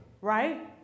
right